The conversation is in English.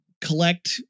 collect